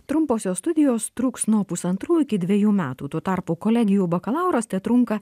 trumposios studijos truks nuo pusantrų iki dvejų metų tuo tarpu kolegijų bakalauras tetrunka